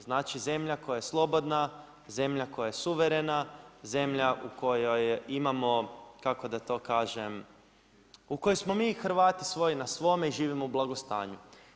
Znači zemlja koja je slobodna, zemlja koja je suverena, zemlja u kojoj imamo, kako da to kažem, u kojoj smo mi Hrvati svoji na svome i živimo u blagostanju.